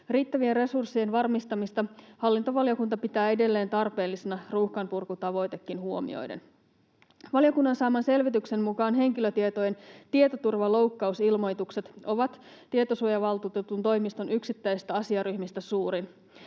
Riittävien resurssien varmistamista hallintovaliokunta pitää edelleen tarpeellisena ruuhkanpurkutavoitekin huomioiden. Valiokunnan saaman selvityksen mukaan henkilötietojen tietoturvaloukkausilmoitukset ovat Tietosuojavaltuutetun toimiston yksittäisistä asiaryhmistä suurin.